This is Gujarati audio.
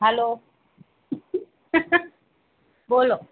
હાલો બોલો